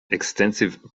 extensive